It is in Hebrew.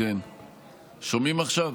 שומעים עכשיו?